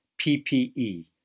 PPE